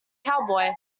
cowboy